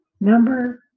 number